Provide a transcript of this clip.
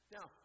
Now